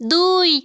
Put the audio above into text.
দুই